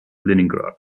leningrad